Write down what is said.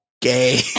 Gay